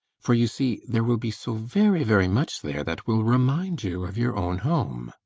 for you see there will be so very, very much there that will remind you of your own home